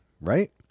right